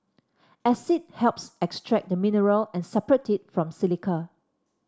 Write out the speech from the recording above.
acid helps extract the mineral and separate it from silica